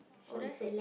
should I